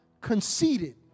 conceited